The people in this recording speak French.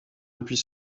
depuis